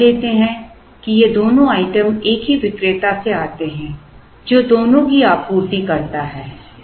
अब मान लेते हैं कि ये दोनों आइटम एक ही विक्रेता से आते हैं जो दोनों की आपूर्ति करता है